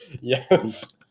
yes